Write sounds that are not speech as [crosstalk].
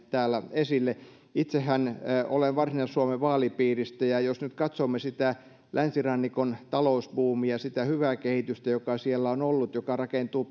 täällä esille itsehän olen varsinais suomen vaalipiiristä ja jos nyt katsomme sitä länsirannikon talousbuumia sitä hyvää kehitystä joka siellä on ollut ja joka rakentuu [unintelligible]